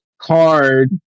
Card